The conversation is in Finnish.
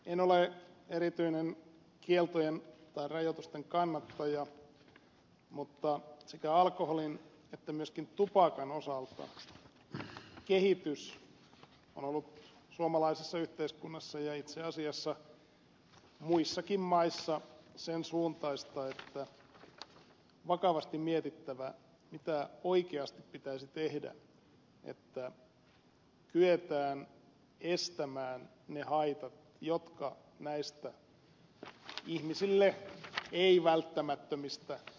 en ole erityinen kieltojen tai rajoitusten kannattaja mutta sekä alkoholin että myöskin tupakan osalta kehitys on ollut suomalaisessa yhteiskunnassa ja itse asiassa muissakin maissa sen suuntaista että on vakavasti mietittävä mitä oikeasti pitäisi tehdä jotta kyetään estämään ne haitat joita näistä ihmisille ei välttämättömistä nautintoaineista koituu